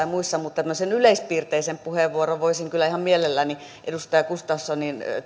ja muissa mutta tämmöisen yleispiirteisen puheenvuoron voisin kyllä ihan mielelläni edustaja gustafssonin